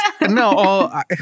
No